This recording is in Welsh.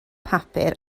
papur